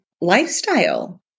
lifestyle